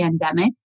pandemic